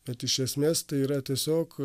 bet iš esmės tai yra tiesiog